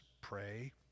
pray